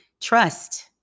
Trust